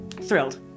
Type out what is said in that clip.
thrilled